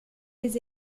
les